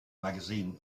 magazine